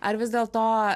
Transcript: ar vis dėlto